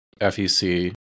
FEC